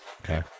Okay